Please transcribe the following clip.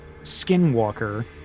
skinwalker